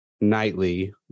nightly